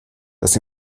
dass